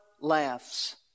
laughs